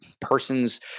person's